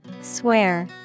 Swear